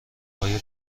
آیا